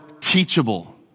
teachable